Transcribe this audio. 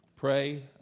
pray